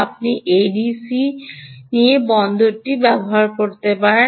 আপনি ADC ADC টি বুঝতে পারবেন